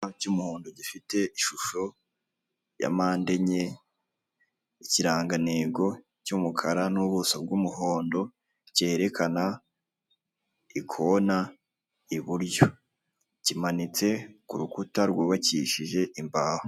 Icyapa cy'umuhondo gifite ishusho ya mpande enye, ikirangantego cy'umukara n'ubuso bw'umuhondo, kerekana ikona iburyo kimanitse ku rukuta rwukishije imbaho.